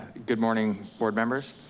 good morning board members.